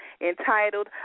entitled